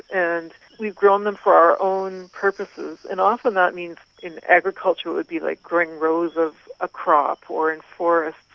and we've grown them for our own purposes, and often that means in agriculture it would be like growing rows of a crop or, in forests,